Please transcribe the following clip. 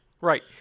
Right